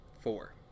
Four